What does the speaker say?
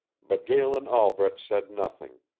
but galen albret said nothing,